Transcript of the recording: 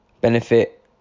benefit